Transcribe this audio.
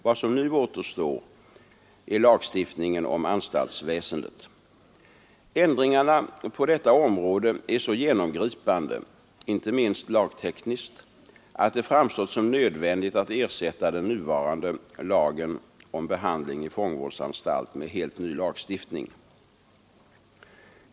Vad som nu återstår är lagstiftningen om anstaltsväsendet. Ändringarna på detta område är så genomgripande — inte minst lagtekniskt — att det framstått som nödvändigt att ersätta den nuvarande lagen om behandling i fångvårdsanstalt med helt ny lagstiftning.